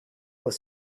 were